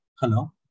Hello